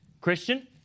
Christian